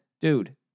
Dude